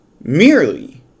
merely